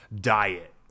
diet